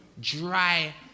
dry